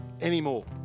anymore